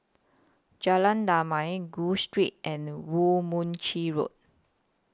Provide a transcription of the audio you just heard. Jalan Damai Gul Street and Woo Mon Chew Road